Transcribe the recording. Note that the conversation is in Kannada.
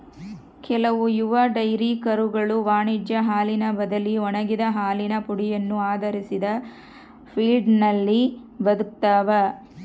ಕೆಲವು ಯುವ ಡೈರಿ ಕರುಗಳು ವಾಣಿಜ್ಯ ಹಾಲಿನ ಬದಲಿ ಒಣಗಿದ ಹಾಲಿನ ಪುಡಿಯನ್ನು ಆಧರಿಸಿದ ಫೀಡ್ನಲ್ಲಿ ಬದುಕ್ತವ